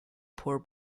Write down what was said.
poor